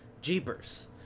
Jeepers